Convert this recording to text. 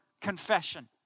confession